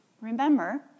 Remember